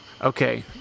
Okay